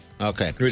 Okay